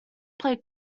played